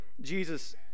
Jesus